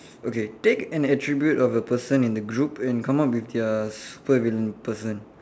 okay take an attribute of a person in the group and come up with their super villain person